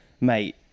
mate